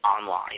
online